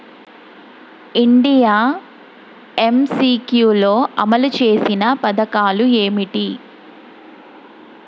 India MCQ లో అమలు చేసిన పథకాలు ఏమిటి?